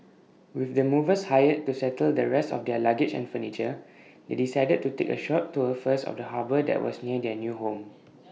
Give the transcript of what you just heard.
with the movers hired to settle the rest of their luggage and furniture they decided to take A short tour first of the harbour that was near their new home